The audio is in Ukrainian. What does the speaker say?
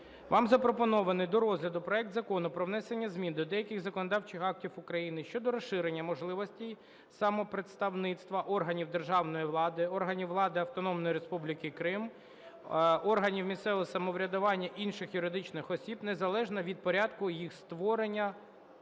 вам запропонований до розгляду проект Закону про внесення змін до деяких законодавчих актів України щодо розширення можливостей самопредставництва органів державної влади, органів влади Автономної Республіки Крим, органів місцевого самоврядування, інших юридичних осіб незалежно від порядку їх створення